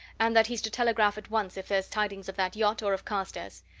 and that he's to telegraph at once if there's tidings of that yacht or of carstairs.